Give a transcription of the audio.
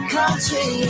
country